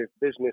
business